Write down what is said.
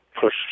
push